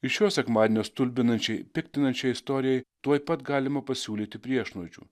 ir šio sekmadienio stulbinančiai piktinančiai istorijai tuoj pat galima pasiūlyti priešnuodžių